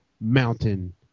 mountain